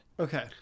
Okay